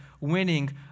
winning